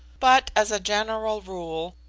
but, as a general rule,